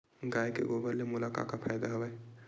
गाय के गोबर ले मोला का का फ़ायदा हवय?